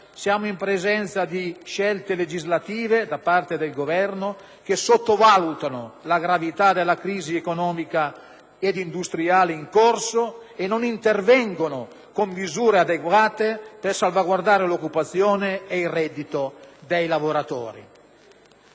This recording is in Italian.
siamo in presenza di scelte legislative da parte del Governo che sottovalutano la gravità della crisi economica ed industriale in corso, che non intervengono con misure adeguate per salvaguardare l'occupazione e il reddito dei lavoratori.